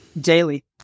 Daily